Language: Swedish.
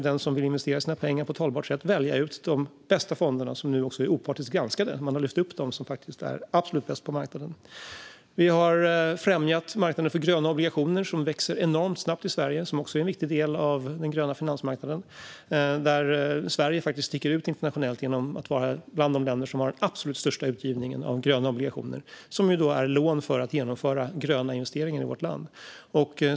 Den som vill investera sina pengar på ett hållbart sätt kan nu välja de bästa fonderna, som nu också är opartiskt granskade. Man har lyft fram dem som är absolut bäst på marknaden. Vi har främjat marknaden för gröna obligationer, som växer enormt snabbt i Sverige och också är en viktig del av den gröna finansmarknaden. Där sticker Sverige ut internationellt genom att vara bland de länder som har den absolut största utgivningen av gröna obligationer, alltså lån för att genomföra gröna investeringar i vårt land.